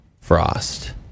Frost